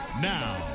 Now